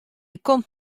komt